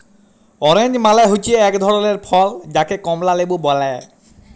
orange মালে হচ্যে এক ধরলের ফল যাকে কমলা লেবু ব্যলে